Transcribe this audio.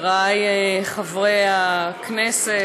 חבריי חברי הכנסת,